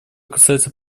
касается